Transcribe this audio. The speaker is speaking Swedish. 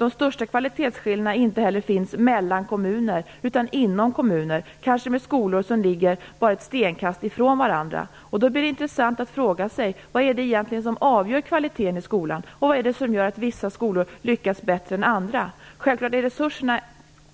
De största kvalitetsskillnaderna finns inte heller mellan kommuner utan inom kommuner, kanske mellan skolor som ligger bara ett stenkast ifrån varandra. Då blir det intressant att fråga sig: Vad är det egentligen som avgör kvaliteten i skolan? Vad är det som gör att vissa skolor lyckas bättre än andra? Självklart är